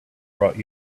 brought